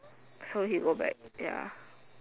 so he go back ya